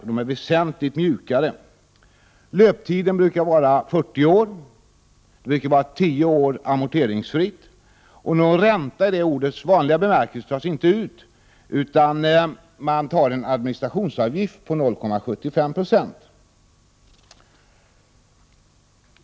De är väsentligt ”mjukare”. Löptiden brukar vara 40 år, och de brukar vara amoteringsfria i tio år. Någon ränta i ordets vanliga bemärkelse tas inte ut. I stället tas en administrationsavgift på 0,75 96 ut.